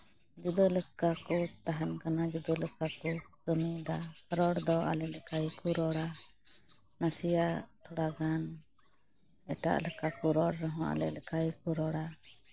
ᱡᱩᱫᱟᱹ ᱞᱮᱠᱟ ᱠᱚ ᱛᱟᱦᱮᱱ ᱠᱟᱱᱟ ᱡᱩᱫᱟᱹ ᱞᱮᱠᱟ ᱠᱚ ᱠᱟᱹᱢᱤᱭᱫᱟ ᱨᱚᱲ ᱫᱚ ᱟᱞᱮ ᱞᱮᱠᱟ ᱜᱮᱠᱚ ᱨᱚᱲᱟ ᱱᱟᱥᱮᱭᱟᱜ ᱛᱷᱚᱲᱟ ᱜᱟᱱ ᱮᱴᱟᱜ ᱞᱮᱠᱟ ᱠᱚ ᱨᱚᱲ ᱨᱮᱦᱚᱸ ᱟᱞᱮ ᱞᱮᱠᱟ ᱜᱮᱠᱚ ᱨᱚᱲᱟ